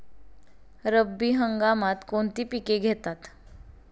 रब्बी हंगामात कोणती पिके घेतात?